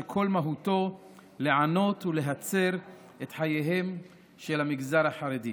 שכל מהותו לענות ולהצר את חייהם של המגזר החרדי.